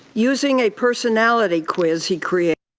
using a personality quiz he created,